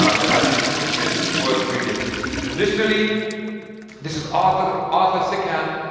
but i think it is worth reading traditionally this is arthur arthur siccan.